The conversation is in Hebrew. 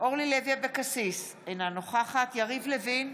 אורלי לוי אבקסיס, אינה נוכחת יריב לוין,